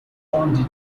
own